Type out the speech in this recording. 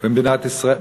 במדינת ישראל.